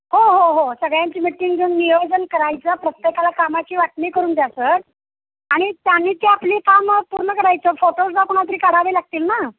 हो हो हो सगळ्यांची मीट्टींग घेऊन नियोजन करायचं प्रत्येकाला कामाची वाटणी करून द्या सर आणि त्यांनी ते आपली कामं पूर्ण करायचं फोटोज कोणाला तरी काढावे लागतील ना